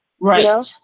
Right